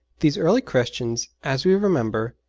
these early christians, as we remember,